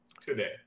today